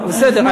בסדר.